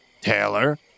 Taylor